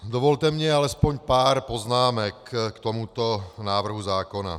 Dovolte mi alespoň pár poznámek k tomuto návrhu zákona.